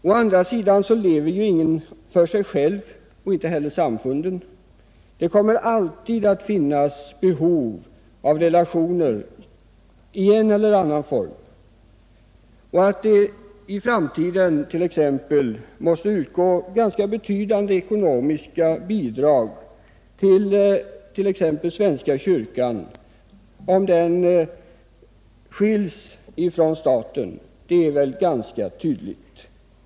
Å andra sidan lever ingen isolerat för sig själv, inte heller samfunden, det kommer alltid att finnas behov av relationer i en eller annan form. Att det i framtiden måste utgå ganska betydande ekonomiska bidrag till t.ex. svenska kyrkan om den skiljs från staten är väl ganska tydligt.